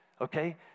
Okay